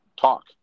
talk